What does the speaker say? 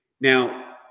Now